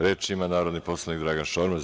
Reč ima narodni poslanik Dragan Šormaz.